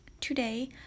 Today